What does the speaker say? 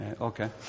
Okay